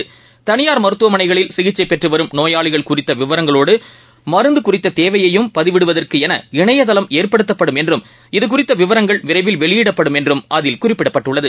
சிகிச்சைபெற்றுவரும் தனியார் மருத்துவமனைகளில் நோயாளிகள் குறித்தவிவரங்களோடுமருந்துகுறித்ததேவையையும் பதிவிடுவதற்குஎன இணையதளம் ஏற்படுத்தப்படும் என்றும் இதுகுறித்தவிவரங்கள் விரைவில் வெளியிடப்படும் என்றும் அதில் குறிப்பிடப்பட்டுள்ளது